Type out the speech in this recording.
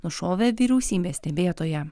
nušovė vyriausybės stebėtoją